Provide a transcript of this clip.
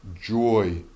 joy